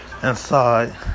inside